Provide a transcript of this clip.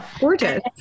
Gorgeous